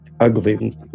ugly